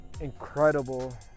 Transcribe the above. incredible